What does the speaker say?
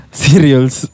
cereals